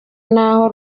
naho